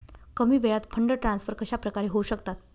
कमी वेळात fund transfer कशाप्रकारे होऊ शकतात?